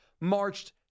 marched